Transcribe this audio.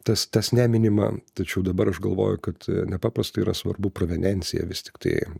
tas tas neminima tačiau dabar aš galvoju kad nepaprastai yra svarbu proveniencija vis tiktai